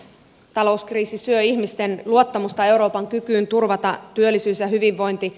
talouskriisi syö ihmisten luottamusta euroopan kykyyn turvata työllisyys ja hyvinvointi